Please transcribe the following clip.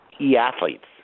e-athletes